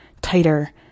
tighter